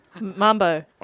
Mambo